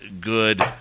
good